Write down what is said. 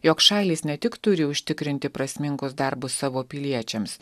jog šalys ne tik turi užtikrinti prasmingus darbus savo piliečiams